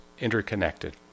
interconnected